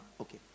Okay